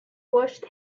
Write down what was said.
washed